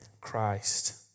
Christ